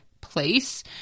place